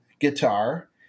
guitar